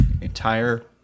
entire